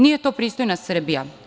Nije to pristojna Srbija.